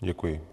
Děkuji.